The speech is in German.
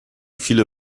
viele